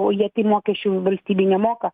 o jie tai mokesčių valstybei nemoka